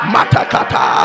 Matakata